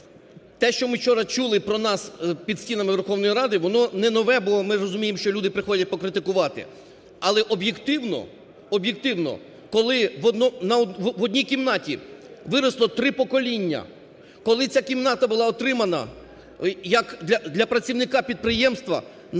те, що ми вчора чули про нас під стінами Верховної Ради, воно не нове, бо ми розуміємо, що люди приходять покритикувати. Але об'єктивно, об'єктивно, коли в одній кімнаті виросло три покоління, коли ця кімната була отримана як для працівника підприємства,